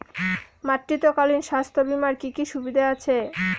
মাতৃত্বকালীন স্বাস্থ্য বীমার কি কি সুবিধে আছে?